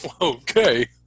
Okay